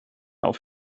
auf